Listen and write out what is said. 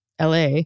LA